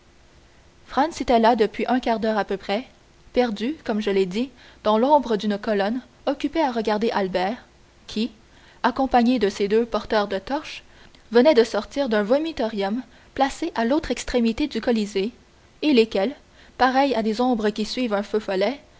franz était là depuis un quart d'heure à peu près perdu comme je l'ai dit dans l'ombre d'une colonne occupé à regarder albert qui accompagné de ses deux porteurs de torches venait de sortir d'un vomitorium placé à l'autre extrémité du colisée et lesquels pareils à des ombres qui suivent un feu follet